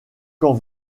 quand